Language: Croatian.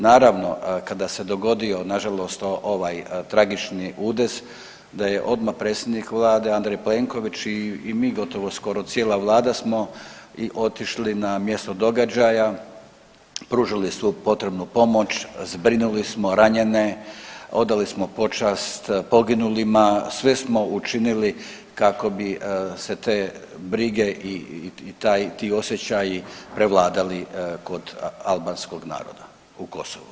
Naravno kada se dogodio nažalost ovaj tragični udes, da je odmah predsjednik vlade Andrej Plenković i mi, gotovo skoro cijela vlada smo i otišli na mjesto događaja, pružili svu potrebnu pomoć, zbrinuli smo ranjene, odali smo počast poginulima, sve smo učinili kako bi se te brige i ti osjećaji prevladali kod Albanskog naroda u Kosovu.